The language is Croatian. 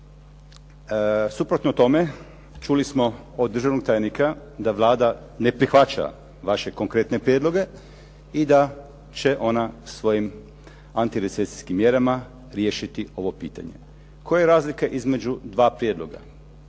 Suprotno tome čuli smo od državnog tajnika da Vlada ne prihvaća vaše konkretne prijedloge i da će ona svojim antirecesijskim mjerama riješiti ovo pitanje. Koja je razlika između dva prijedloga?